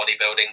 bodybuilding